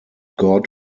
god